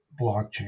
blockchain